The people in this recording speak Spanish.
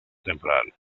temporal